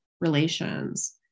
relations